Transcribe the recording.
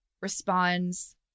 responds